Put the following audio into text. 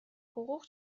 حقوق